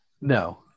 No